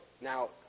Now